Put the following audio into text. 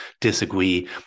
disagree